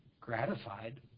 gratified